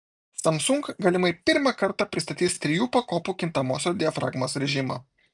samsung galimai pirmą kartą pristatys trijų pakopų kintamosios diafragmos rėžimą